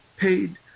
paid